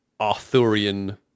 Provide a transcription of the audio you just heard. arthurian